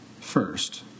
First